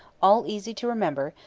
all easy to remember,